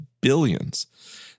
billions